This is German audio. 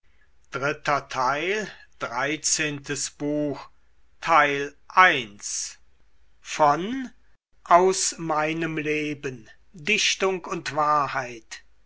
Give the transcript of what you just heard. wolfgang goethe aus meinem leben dichtung und wahrheit